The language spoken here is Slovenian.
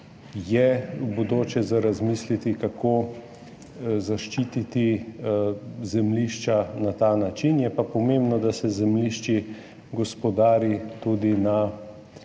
v bodoče razmislimo, kako zaščititi zemljišča na ta način, je pa pomembno, da se z zemljišči gospodari tudi na